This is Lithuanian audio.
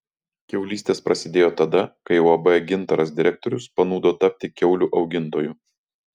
kiaulystės prasidėjo tada kai uab gintaras direktorius panūdo tapti kiaulių augintoju